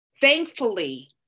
thankfully